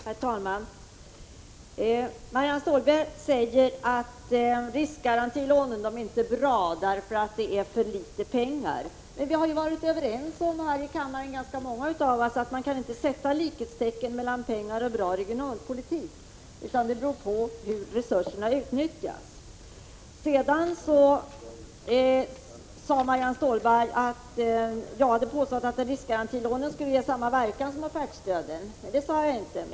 Herr talman! Marianne Stålberg säger att riskgarantilånet inte är bra eftersom det ger för litet pengar. Men ganska många av oss här i kammaren har varit överens om att man inte kan sätta likhetstecken mellan pengar och bra regionalpolitik. Det beror på hur resurserna utnyttjas. Marianne Stålberg påstod att jag hade sagt att riskgarantilånen skulle ge samma verkan som offertstödet. Det sade jag inte.